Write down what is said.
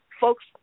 folks